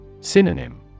Synonym